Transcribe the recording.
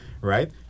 right